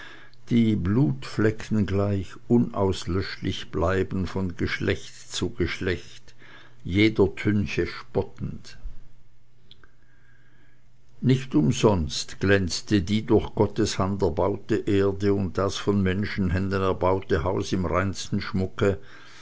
die blutflecken gleich unauslöschlich bleiben von geschlecht zu geschlecht jeder tünche spottend nicht umsonst glänzte die durch gottes hand erbaute erde und das von menschenhänden erbaute haus im reinsten schmucke